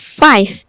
five